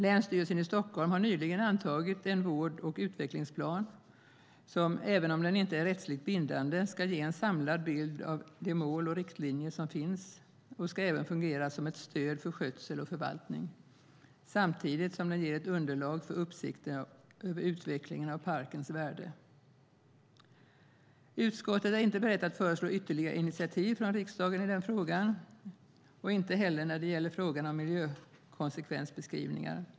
Länsstyrelsen i Stockholm har nyligen antagit en vård och utvecklingsplan som - även om den inte är rättsligt bindande - ska ge en samlad bild av de mål och riktlinjer som finns. Den ska även fungera som ett stöd för skötsel och förvaltning, samtidigt som den ger ett underlag för uppsikten över utvecklingen av parkens värden. Utskottet är inte berett att föreslå ytterligare initiativ från riksdagen i den frågan, inte heller när det gäller frågan om miljökonsekvensbeskrivningar.